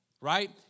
Right